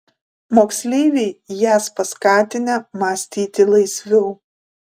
moksleiviai jas paskatinę mąstyti laisviau